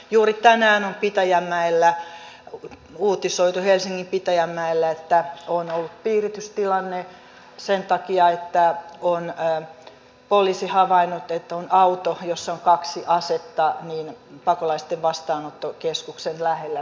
juuri tänään on uutisoitu että helsingin pitäjänmäellä on ollut piiritystilanne sen takia että poliisi on havainnut että on auto jossa on kaksi asetta pakolaisten vastaanottokeskuksen lähellä